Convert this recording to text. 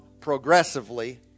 progressively